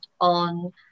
on